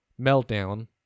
meltdown